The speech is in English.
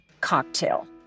cocktail